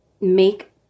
make